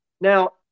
Now